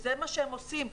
וזה מה שהן עושות.